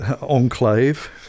enclave